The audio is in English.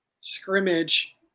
scrimmage